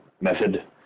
method